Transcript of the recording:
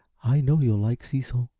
i know you'll like cecil.